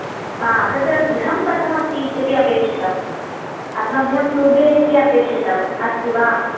हा तत्र गृहं कथम् अस्ति इत्यपि अपेक्षितम् अस्मभ्यं टू बि हेच् के अपेक्षितम् अस्ति वा